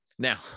Now